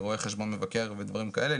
רואה חשבון מבקר ודברים כאלה,